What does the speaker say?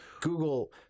Google